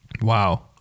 Wow